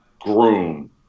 groom